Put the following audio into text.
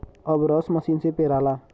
अब रस मसीन से पेराला